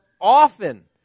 often